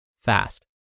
fast